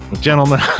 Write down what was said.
Gentlemen